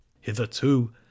Hitherto